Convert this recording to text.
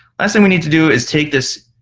last thing we need to do is take this